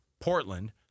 Portland